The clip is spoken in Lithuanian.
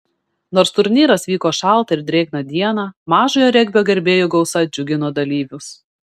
nors turnyras vyko šaltą ir drėgną dieną mažojo regbio gerbėjų gausa džiugino dalyvius